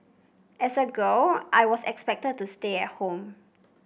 as a girl I was expected to stay at home